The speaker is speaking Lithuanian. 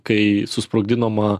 kai susprogdinama